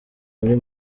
muri